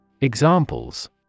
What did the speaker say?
Examples